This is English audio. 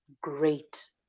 great